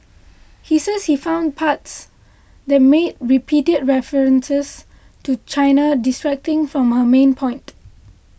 he says he found parts that made repeated references to China distracting from her main point